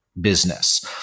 business